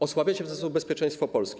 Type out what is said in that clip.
Osłabiacie w ten sposób bezpieczeństwo Polski.